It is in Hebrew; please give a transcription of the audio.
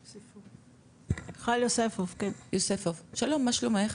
יוספוף, שלום, מה שלומך?